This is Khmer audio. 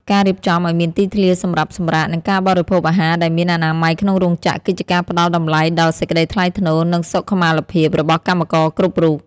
ការរៀបចំឱ្យមានទីធ្លាសម្រាប់សម្រាក និងការបរិភោគអាហារដែលមានអនាម័យក្នុងរោងចក្រ គឺជាការផ្ដល់តម្លៃដល់សេចក្ដីថ្លៃថ្នូរ និងសុខុមាលភាពរបស់កម្មករគ្រប់រូប។